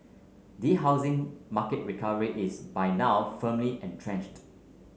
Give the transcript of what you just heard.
the housing market recovery is by now firmly entrenched